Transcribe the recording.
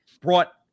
brought